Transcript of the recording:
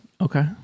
Okay